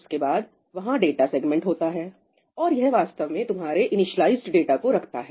उसके बाद वहां डाटा सेगमेंट होता हैऔर यह वास्तव में तुम्हारे इनिस्लाइजड डाटा को रखता है